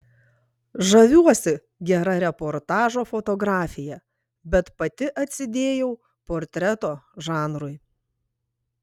žaviuosi gera reportažo fotografija bet pati atsidėjau portreto žanrui